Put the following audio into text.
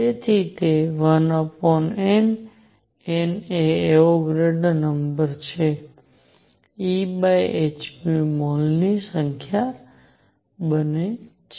તેથી તે1N N એ એવોગાડ્રો નંબર છે Ehν મોલ્સ ની સંખ્યા બને છે